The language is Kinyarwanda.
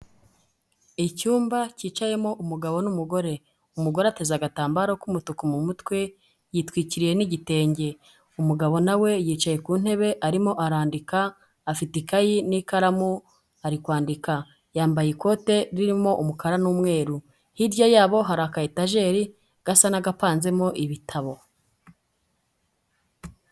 Icyumba kicayemo umugabo n'umugore, umugore ateze agatambaro k'umutuku mu mutwe yitwikiriye n'igitenge, umugabo na we yicaye ku ntebe arimo arandika, afite ikayi n'ikaramu ari kwandika, yambaye ikote ririmo umukara n'umweru, hirya yabo hari aka etajeri gasa n'agapanzemo ibitabo.